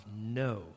no